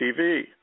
TV